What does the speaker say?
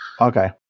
Okay